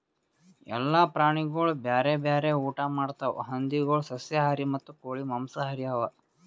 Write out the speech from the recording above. ಎಲ್ಲ ಪ್ರಾಣಿಗೊಳ್ ಬ್ಯಾರೆ ಬ್ಯಾರೆ ಊಟಾ ಮಾಡ್ತಾವ್ ಹಂದಿಗೊಳ್ ಸಸ್ಯಾಹಾರಿ ಮತ್ತ ಕೋಳಿ ಮಾಂಸಹಾರಿ ಅವಾ